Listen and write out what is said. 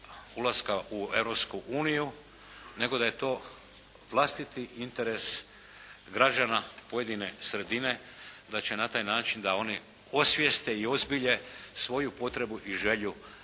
uniju, nego da je to vlastiti interes građana pojedine sredine da će na taj način da oni osvijeste i ozbilje svoju potrebu i želju